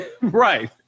right